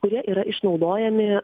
kurie yra išnaudojami